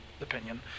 opinion